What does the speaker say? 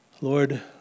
Lord